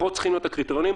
פה צריכים להיות הקריטריונים.